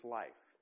life